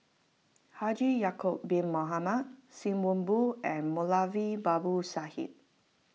Haji Ya'Acob Bin Mohamed Sim Wong Hoo and Moulavi Babu Sahib